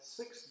six